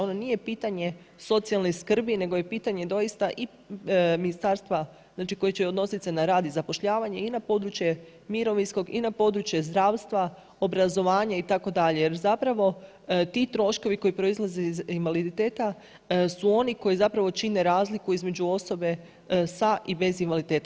Ono nije pitanje socijalne skrbi, nego je pitanje doista i ministarstva znači koje će odnosit se na rad i zapošljavanje i na područje mirovinskog i na područje zdravstva, obrazovanja itd. jer zapravo ti troškovi koji proizlaze iz invaliditeta su oni koji čine razliku između osobe sa i bez invaliditeta.